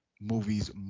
movies